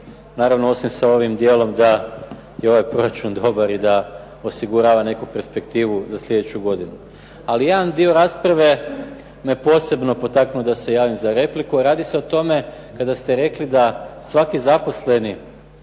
naravno osim sa ovim djelom da je ovaj proračun dobar i da osigurava neku perspektivu za slijedeću godinu. Ali jedan dio rasprave me posebno potaknuo da se javim za repliku. Radi se o tome kada ste rekli da svaki zaposleni